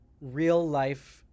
real-life